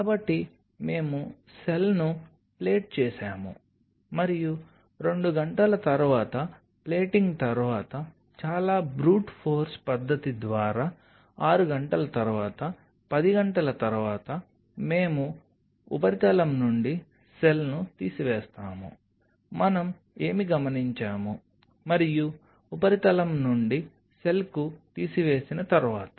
కాబట్టి మేము సెల్ను ప్లేట్ చేసాము మరియు 2 గంటల తర్వాత ప్లేటింగ్ తర్వాత చాలా బ్రూట్ ఫోర్స్ పద్ధతి ద్వారా 6 గంటల తర్వాత 10 గంటల తర్వాత మేము ఉపరితలం నుండి సెల్ను తీసివేస్తాము మనం ఏమి గమనించాము మరియు ఉపరితలం నుండి సెల్కు తీసివేసిన తర్వాత